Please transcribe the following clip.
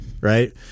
right